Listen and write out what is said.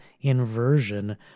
inversion